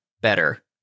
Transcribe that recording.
better